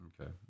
Okay